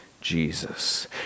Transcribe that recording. Jesus